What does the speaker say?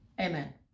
Amen